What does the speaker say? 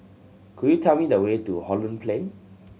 could you tell me the way to Holland Plain